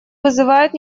вызывает